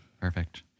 Perfect